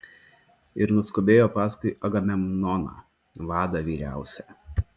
ir nuskubėjo paskui agamemnoną vadą vyriausią